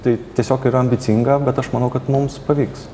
tai tiesiog yra ambicinga bet aš manau kad mums pavyks